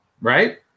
right